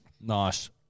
Nice